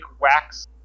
wax